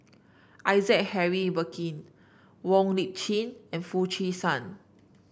Isaac Henry Burkill Wong Lip Chin and Foo Chee San